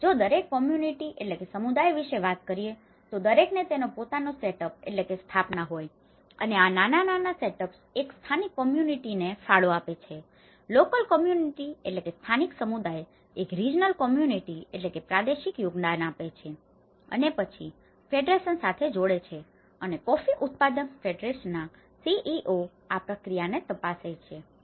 તેથી જો દરેક કોમ્યુનિટી community સમુદાય વિશે વાત કરીએ તો દરેકને તેનો પોતાનો સેટઅપ setup સ્થાપના હોય છે અને આ નાના સેટઅપ્સ એક સ્થાનિક કોમ્યુનિટીને community સમુદાય ફાળો આપે છે લોકલ કોમ્યુનિટી local community સ્થાનિક સમુદાય એક રિજનલ કોમ્યુનિટીને regional community પ્રાદેશિક સમુદાય યોગદાન આપે છે અને પછી ફેડરેશન federation સંઘ સાથે જોડે છે અને કોફી ઉત્પાદક ફેડરેશનના CEO આ પ્રક્રિયાને તપાસે છે